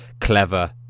clever